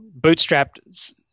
bootstrapped